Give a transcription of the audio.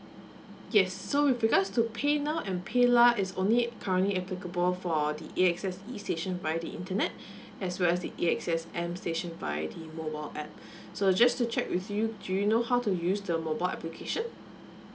yes so with regards to paynow and paylah is only currently applicable for the A_X_S E station via the internet as well as the A_X_S M station via the mobile app so just to check with you do you know how to use the mobile application